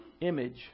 image